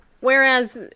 whereas